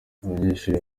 abanyeshuri